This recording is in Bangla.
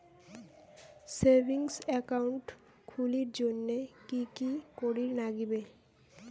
সেভিঙ্গস একাউন্ট খুলির জন্যে কি কি করির নাগিবে?